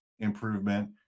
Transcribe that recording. Improvement